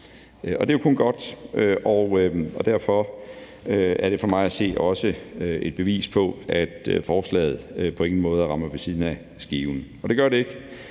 Det er jo kun godt, og derfor er det for mig at se også et bevis på, at forslaget på ingen måde rammer ved siden af skiven. Det gør det ikke,